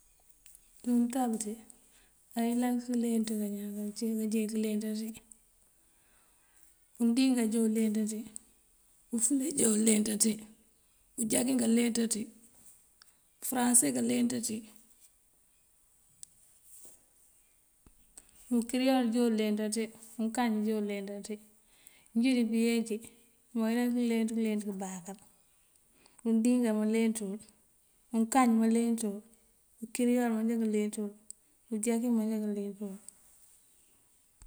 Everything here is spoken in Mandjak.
Ţí untab tí ayёlan kёleenţ káñan kandee kёleenţáţí undingá já uleenţaţi, ufule já unleenţaţi, ujakin kaleenţaţi fёranse kaleenţaţi ukiriol já unleenţaţi, unkañ já unleenţaţi njí dibёyeenji manyёlan pёleenţ kёleenţ kёbaakёr undigá manleenţ wul, unkañ manleenţ wul, ukiriol manjá kaleenţ wul, ujakin manjá kaleenţ wul.